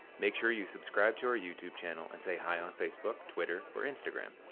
make sure you subscribe to our youtube channel and say hi on facebook, twitter or instagram.